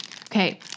Okay